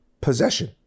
possession